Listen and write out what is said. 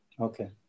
okay